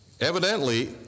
Evidently